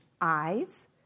eyes